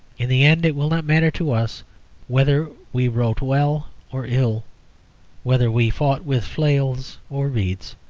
in the end it will not matter to us whether we wrote well or ill whether we fought with flails or reeds.